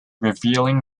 revealing